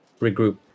regroup